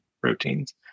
proteins